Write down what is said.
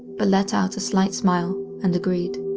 but let out a slight smile and agreed.